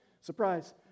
surprise